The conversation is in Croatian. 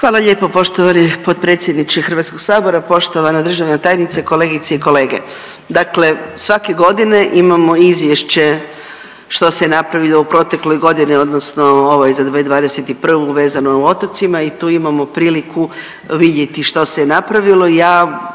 Hvala lijepo poštovani potpredsjedniče Hrvatskog sabora. Poštovana državna tajnice, kolegice i kolege, dakle svake godine imamo izvješće što se napravilo u protekloj godini odnosno ovoj za 2021. vezano je u otocima i tu imamo priliku vidjeti što se napravilo.